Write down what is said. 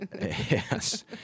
Yes